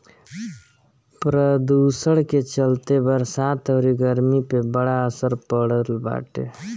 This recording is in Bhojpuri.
प्रदुषण के चलते बरसात अउरी गरमी पे बड़ा असर पड़ल बाटे